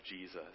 Jesus